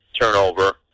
turnover